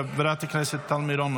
חברת הכנסת טל מירון,